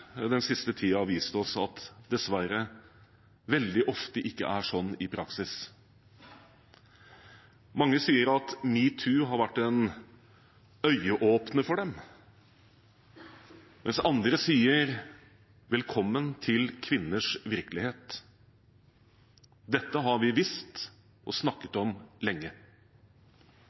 den siste tiden har vist oss at det dessverre veldig ofte ikke er slik i praksis. Mange sier at metoo har vært en øyeåpner for dem, mens andre sier: Velkommen til kvinners virkelighet – dette har vi visst og snakket om lenge.